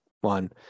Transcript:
one